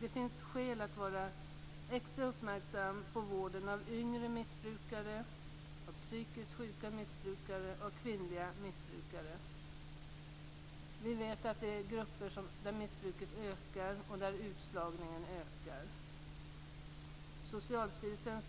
Det finns skäl att vara extra uppmärksamma på vården av yngre missbrukare, psykiskt sjuka missbrukare och kvinnliga missbrukare. Vi vet att detta är grupper där missbruket och utslagningen ökar. Socialstyrelsens